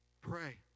pray